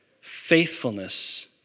faithfulness